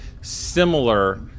similar